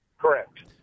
Correct